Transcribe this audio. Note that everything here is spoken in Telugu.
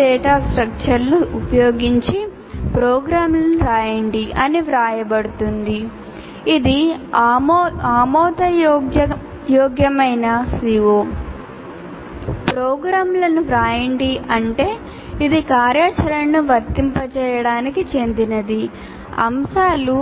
"డేటా స్ట్రక్చర్స్" అంటే ఇది కార్యాచరణను వర్తింపజేయడానికి చెందినది అంశాలు